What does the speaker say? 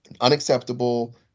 unacceptable